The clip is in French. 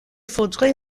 faudrait